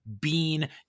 bean